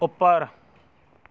ਉੱਪਰ